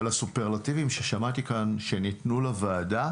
אני מופתע מהסופרלטיבים ששמעתי כאן כלפי הוועדה.